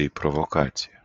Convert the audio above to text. bei provokacijų